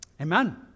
Amen